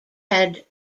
had